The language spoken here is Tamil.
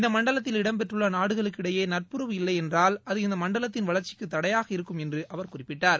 இந்த மண்டலத்தில் இடம்பெற்றள்ள நாடுகளுக்கிடையே நட்புறவு இல்லை என்றால் அது இந்த மண்டலத்தின் வளர்ச்சிக்கு தடையாக இருக்கும் என்று அவர் குறிப்பிட்டார்